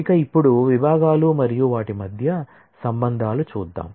ఇక ఇప్పుడు విభాగాలు మరియు వాటి మధ్య రిలేషన్ లు చూద్దాం